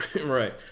Right